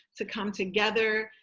to come together,